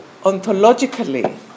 ontologically